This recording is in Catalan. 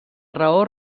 raó